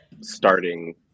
starting